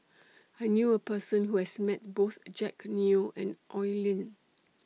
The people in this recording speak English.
I knew A Person Who has Met Both Jack Neo and Oi Lin